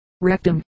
rectum